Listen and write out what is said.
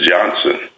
Johnson